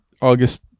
August